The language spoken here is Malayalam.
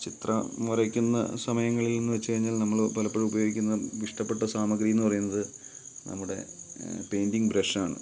ചിത്രം വരക്കുന്ന സമയങ്ങളിൽ എന്ന് വെച്ച് കഴിഞ്ഞാൽ നമ്മള് പലപ്പോഴും ഉപയോഗിക്കുന്ന ഇഷ്ടപ്പെട്ട സാമഗ്രീ എന്ന് പറയുന്നത് നമ്മുടെ പെയിൻറ്റിങ് ബ്രഷാണ്